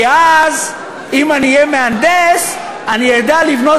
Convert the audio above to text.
כי אז אם אני אהיה מהנדס אני אדע לבנות